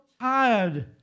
tired